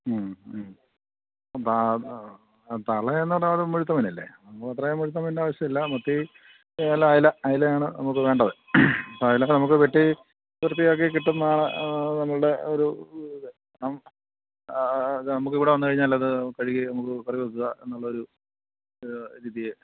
ഉം ഉം തളയെന്നു പറഞ്ഞാല് ഒരു മുഴുത്ത മീനല്ലേ നമ്മള് അത്രയും മുഴുത്ത മീനിൻ്റെ ആവശ്യമില്ല മത്തി അയില അയിലയാണ് നമുക്ക് വേണ്ടത് അപ്പോള് അയലയൊക്കെ നമുക്ക് വെട്ടി വൃത്തിയാക്കി കിട്ടുന്നതാണ് നമ്മളുടെ ഒരിത് നമുക്കിവിടെ വന്നുകഴിഞ്ഞാലത് കഴുകി നമുക്ക് കറി വയ്ക്കുക എന്നുള്ള ഒരു രീതിയാണ്